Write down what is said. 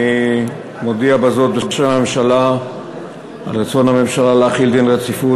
אני מודיע בזאת בשם הממשלה על רצון הממשלה להחיל דין רציפות